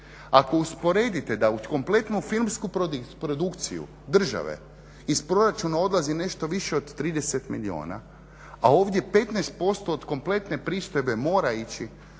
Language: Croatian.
Ako usporedite da u kompletnu filmsku produkciju države iz proračuna odlazi nešto više od 30 milijuna, a ovdje 15% od kompletne pristojbe mora ići